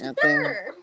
Sure